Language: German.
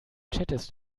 chattest